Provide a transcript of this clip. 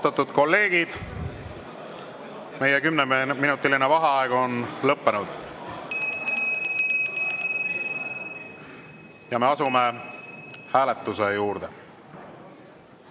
Me asume hääletuse juurde.